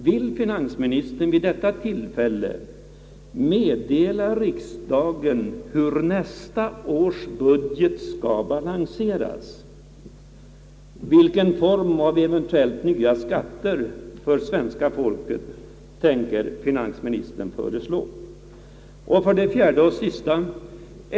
Vill finansministern vid detta tillfälle meddela riksdagen hur nästa års budget skall balanseras? Vilken form av eventuellt nya skatter för svenska folket tänker finansministern föreslå? 4.